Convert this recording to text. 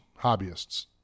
hobbyists